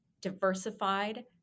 diversified